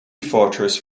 fortress